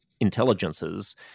intelligences